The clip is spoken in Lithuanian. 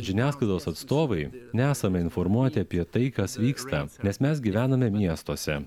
žiniasklaidos atstovai nesame informuoti apie tai kas vyksta nes mes gyvename miestuose